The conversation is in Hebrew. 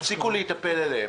תפסיקו להיטפל אליהם.